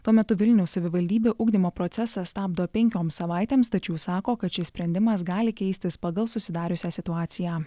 tuo metu vilniaus savivaldybė ugdymo procesą stabdo penkioms savaitėms tačiau sako kad šis sprendimas gali keistis pagal susidariusią situaciją